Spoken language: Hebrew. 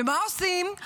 ומה עושים?